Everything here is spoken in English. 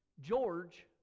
George